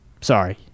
Sorry